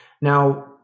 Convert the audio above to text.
Now